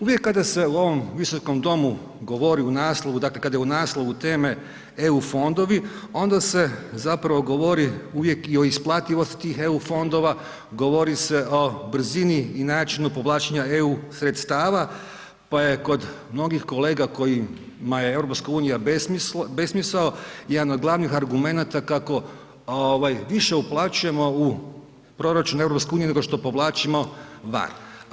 Uvijek kada se u ovom Visokom domu govori u naslovu, dakle kada je u naslovu teme eu fondovi onda se zapravo govori uvijek i o isplativosti eu fondova, govori se o brzini i načinu povlačenja eu sredstava pa je kod mnogih kolega kojima je eu besmisao jedan od glavnih argumenata kako više uplaćujemo u proračun eu nego što povlačimo van.